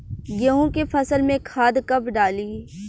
गेहूं के फसल में खाद कब डाली?